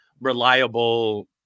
reliable